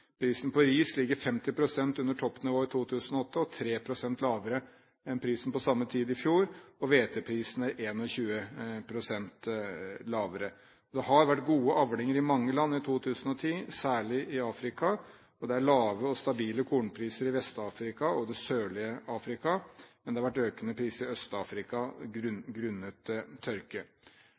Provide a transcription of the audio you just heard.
og 3 pst. lavere enn prisen på samme tid i fjor. Hveteprisen er 21 pst. lavere. Det har vært gode avlinger i mange land i 2010, særlig i Afrika, og det er lave og stabile kornpriser i Vest-Afrika og det sørlige Afrika, men det har vært økende priser i Øst-Afrika grunnet tørke. Men situasjonen kan – opplagt – veldig raskt forverres. Det er svære regionale forskjeller og forskjeller fra land til